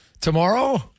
Tomorrow